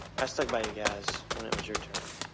i stuck by you guys when it was your turn.